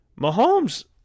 Mahomes